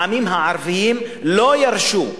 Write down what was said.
העמים הערביים לא ירשו,